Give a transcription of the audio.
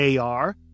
AR